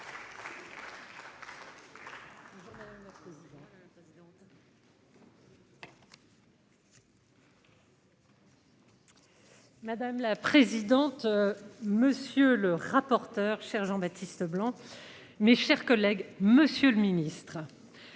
Madame la présidente. Monsieur le rapporteur. Chers Jean-Baptiste Leblanc. Mes chers collègues, Monsieur le Ministre.